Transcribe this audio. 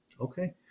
Okay